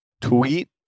Tweet